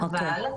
אבל,